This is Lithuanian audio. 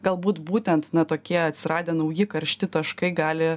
galbūt būtent tokie atsiradę nauji karšti taškai gali